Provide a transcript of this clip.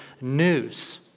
news